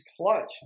clutch